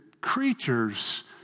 creatures